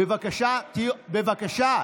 בבקשה, בבקשה.